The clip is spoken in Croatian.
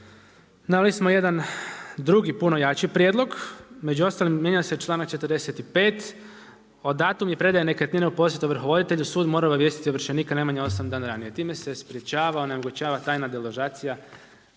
naveli smo jedan drugi, puno jači prijedlog, među ostalim, mijenja se članak 45. o datumu i predaju nekretnine u posjedu ovrhovoditelju, sud mora obavijestiti ovršenika najmanje 8 dana ranije. Tim se sprečava, onemogućava tajna deložacija